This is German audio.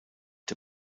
der